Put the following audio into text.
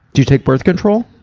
do you take birth control?